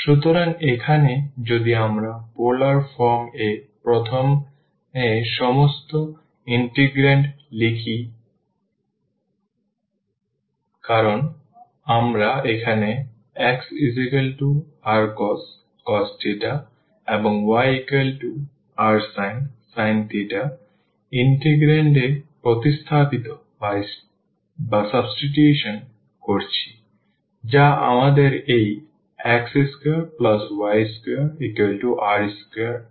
সুতরাং এখানে যদি আমরা পোলার ফর্ম এ প্রথমে সমস্ত ইন্টিগ্র্যান্ড লিখে দিই কারণ আমরা এখন xrcos এবং yrsin ইন্টিগ্র্যান্ড এ প্রতিস্থাপন করছি যা আমাদের এই x2y2r2 দেবে